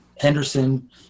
henderson